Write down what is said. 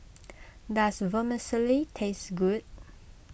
does Vermicelli taste good